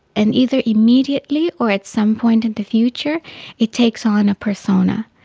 and either immediately or at some point in the future it takes on a persona,